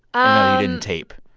ah didn't tape?